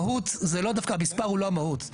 המספר הוא לא המהות,